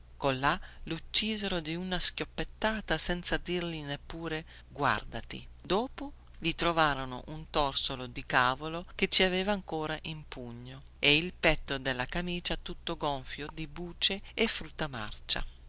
mondezzaio colà luccisero di una schioppettata come un cane arrabbiato dopo gli trovarono un torsolo di cavolo che ci aveva ancora in pugno e il petto della camicia tutto gonfio di bucce e frutta marcia